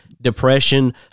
depression